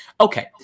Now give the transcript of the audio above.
Okay